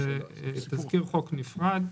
זה תזכיר חוק נפרד,